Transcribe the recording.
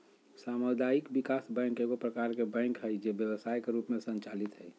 सामुदायिक विकास बैंक एगो प्रकार के बैंक हइ जे व्यवसाय के रूप में संचालित हइ